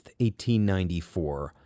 1894